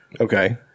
Okay